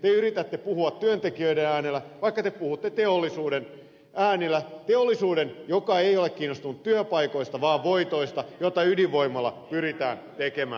te yritätte puhua työntekijöiden äänellä vaikka te puhutte teollisuuden äänellä teollisuuden joka ei ole kiinnostunut työpaikoista vaan voitoista joita ydinvoimalla pyritään tekemään